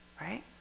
right